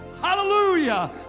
hallelujah